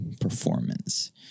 performance